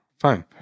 fine